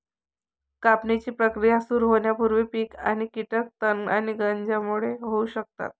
कापणीची प्रक्रिया सुरू होण्यापूर्वी पीक आणि कीटक तण आणि गंजांमुळे होऊ शकतात